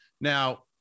Now